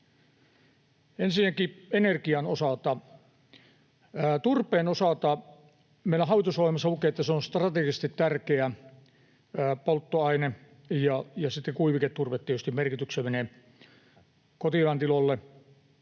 Ensinnäkin energian osalta: Turpeen osalta meillä hallitusohjelmassa lukee, että se on strategisesti tärkeä polttoaine ja sitten kuiviketurve tietysti merkityksellinen kotieläintiloille,